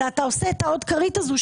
אלא אתה עושה את העוד כרית הזו,